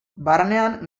barnean